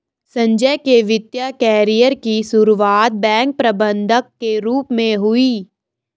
संजय के वित्तिय कैरियर की सुरुआत बैंक प्रबंधक के रूप में हुई